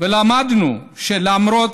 ולמדנו שלמרות